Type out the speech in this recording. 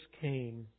came